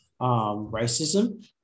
racism